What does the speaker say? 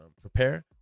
prepare